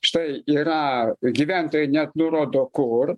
štai yra gyventojai net nurodo kur